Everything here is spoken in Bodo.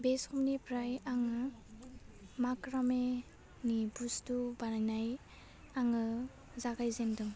बे समनिफ्राय आङो माक्रा मेनि बुस्तु बानायनाय आङो जागायजेनदों